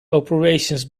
operations